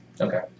Okay